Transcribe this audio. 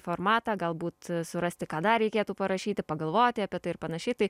formatą galbūt surasti ką dar reikėtų parašyti pagalvoti apie tai ir panašiai tai